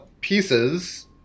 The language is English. pieces